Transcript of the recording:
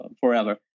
forever